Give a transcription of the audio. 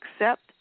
accept